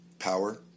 power